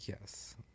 yes